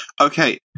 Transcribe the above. Okay